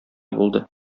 булды